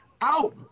out